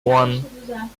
one